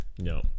no